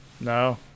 no